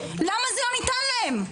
למה זה לא ניתן להם?